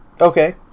Okay